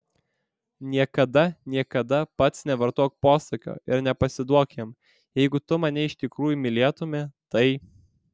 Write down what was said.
niekada niekada pats nevartok posakio ir nepasiduok jam jeigu tu mane iš tikrųjų mylėtumei tai